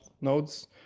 nodes